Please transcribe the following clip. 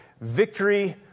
victory